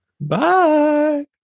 Bye